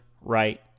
right